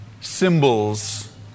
symbols